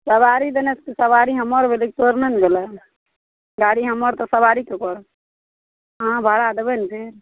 सवारी देने से सवारी हमर भेलै तोहर नहि ने भेलै गाड़ी हमर तऽ सवारी ककर अहाँ भाड़ा देबै ने फेर